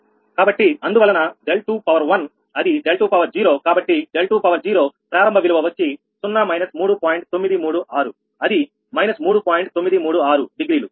కాబట్టి అందువలన 21 అది 20 కాబట్టి 20ప్రారంభ విలువ వచ్చి 0 −3